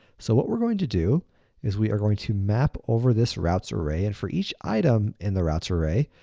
so what we're going to do is we're going to map over this routes array, and for each item in the routes array,